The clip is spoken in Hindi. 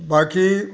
बाकी